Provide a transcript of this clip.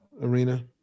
arena